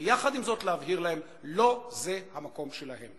ועם זאת להבהיר להם: לא זה המקום שלהם.